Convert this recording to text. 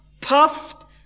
puffed